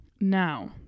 Now